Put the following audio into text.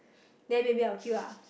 then maybe I will queue ah